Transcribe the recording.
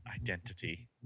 identity